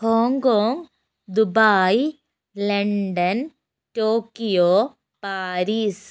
Hong Kong Dubai London Tokyo Paris